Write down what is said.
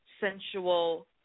sensual